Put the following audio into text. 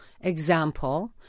example